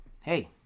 Hey